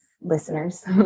listeners